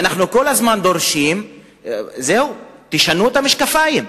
ואנחנו כל הזמן דורשים: זהו, תשנו את המשקפיים,